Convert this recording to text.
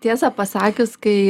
tiesą pasakius kai